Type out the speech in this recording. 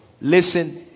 listen